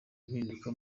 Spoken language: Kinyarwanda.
impinduka